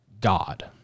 god